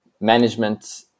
management